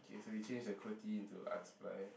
okay so we change the qwerty into a art supply